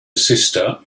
sister